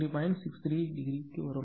63 ° க்கு வரும்